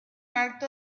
alto